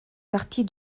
partie